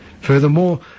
Furthermore